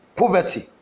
poverty